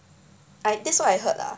I that's what I heard lah